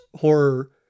horror